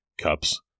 cups